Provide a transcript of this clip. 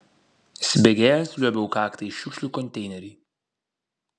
įsibėgėjęs liuobiau kakta į šiukšlių konteinerį